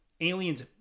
Aliens